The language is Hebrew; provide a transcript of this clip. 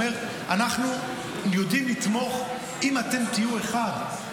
הוא אומר: אנחנו יודעים לתמוך אם אתם תהיו אחד.